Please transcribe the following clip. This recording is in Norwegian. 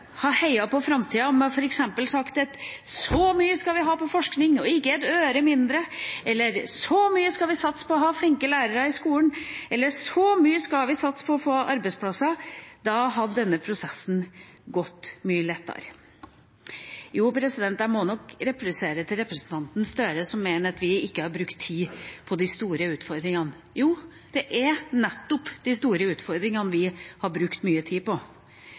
ha til forskning – og ikke et øre mindre – så mye skal vi satse på å ha flinke lærere i skolen, eller så mye skal vi satse på å få arbeidsplasser, hadde denne prosessen gått mye lettere. Jeg må nok replisere til representanten Gahr Støre, som mener vi ikke har brukt tid på de store utfordringene, at jo, det er nettopp de store utfordringene vi har brukt mye tid på.